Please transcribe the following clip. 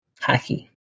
hockey